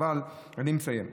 אבל, אני מסיים.